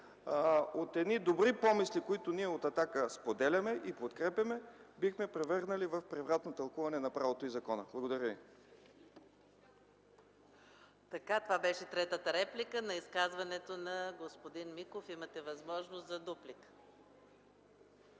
от едни добри помисли, които ние от „Атака” споделяме и подкрепяме, бихме превърнали в превратно тълкуване на правото и закона. Благодаря